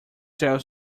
tell